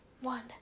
One